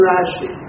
Rashi